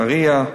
נהרייה,